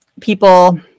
people